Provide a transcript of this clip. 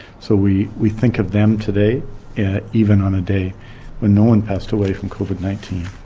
so we we think of them today even on a day when no one past away from covid nineteen.